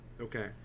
Okay